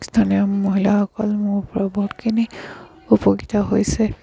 স্থানীয় মহিলাসকল মোৰ পৰাও বহুতখিনি উপকৃত হৈছে